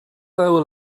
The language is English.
hour